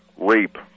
rape